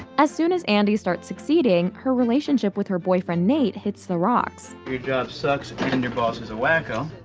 as soon as andy starts succeeding, her relationship with her boyfriend, nate, hits the rocks. your job sucks and your boss is a wacko.